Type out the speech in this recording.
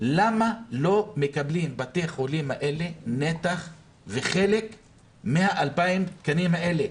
למה לא מקבלים בתי החולים האלה נתח וחלק מ-2,000 התקנים האלה?